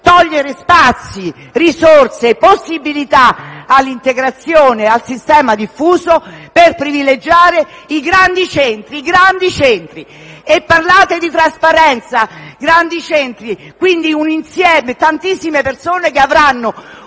togliere spazi, risorse e possibilità all'integrazione e al sistema diffuso, per privilegiare i grandi centri. E parlate di trasparenza? Grandi centri, quindi un insieme, tantissime persone che avranno un impatto